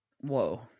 whoa